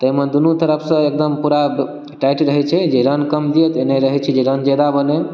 ताहिमे दुनू तरफ सऽ एकदम पूरा टाइट रहै छै जे रन कम देत ई नहि रहै छै जे रन जादा बनै